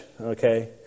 okay